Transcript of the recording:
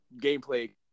gameplay